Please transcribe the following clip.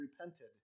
repented